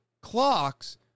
clocks